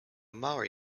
maori